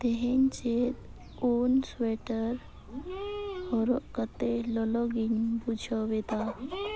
ᱛᱮᱦᱮᱧ ᱪᱮᱫ ᱩᱞ ᱥᱚᱭᱮᱴᱟᱨ ᱦᱚᱨᱚᱜ ᱠᱟᱛᱮᱫ ᱞᱚᱞᱚ ᱜᱤᱧ ᱵᱩᱡᱷᱟᱹᱣᱮᱫᱟ